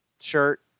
shirt